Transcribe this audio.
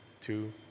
two